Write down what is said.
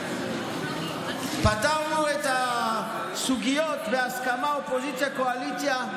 פתרנו את הסוגיות בהסכמה אופוזיציה וקואליציה.